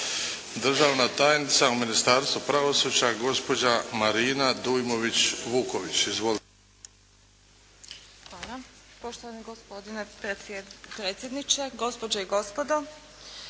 Državna tajnica u Ministarstvu pravosuđa, gospođa Marina Dujmović-Vuković. Izvolite. **Dujmović Vuković, Marina** Hvala poštovani gospodine predsjedniče, gospođe i gospodo.